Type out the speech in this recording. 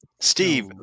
Steve